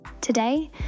Today